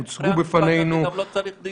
שהוצגו בפנינו -- אחרי המשפט הזה גם לא צריך דיון.